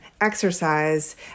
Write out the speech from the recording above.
exercise